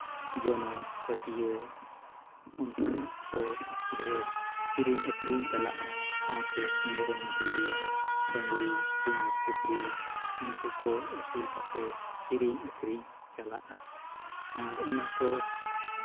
ᱡᱚᱱᱚᱜ ᱯᱟᱹᱴᱤᱭᱟᱹ ᱚᱱᱠᱟᱱᱟᱜ ᱠᱚ ᱰᱷᱮᱨ ᱠᱤᱨᱤᱧ ᱟᱹᱠᱷᱨᱤᱧ ᱪᱟᱞᱟᱜᱼᱟ ᱥᱟᱶᱛᱮ ᱢᱮᱨᱚᱢ ᱵᱷᱤᱰᱤ ᱰᱟᱝᱨᱤ ᱥᱤᱢ ᱥᱩᱠᱨᱤ ᱩᱱᱠᱩ ᱠᱚ ᱟᱹᱥᱩᱞ ᱠᱟᱛᱮᱫ ᱠᱤᱨᱤᱧ ᱟᱹᱠᱷᱨᱤᱧ ᱪᱟᱞᱟᱜᱼᱟ ᱟᱨ ᱚᱱᱟ ᱠᱚ